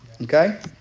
Okay